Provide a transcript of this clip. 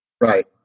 right